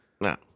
No